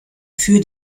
für